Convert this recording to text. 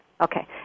Okay